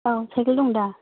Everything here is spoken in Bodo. औ साइकेल दं दा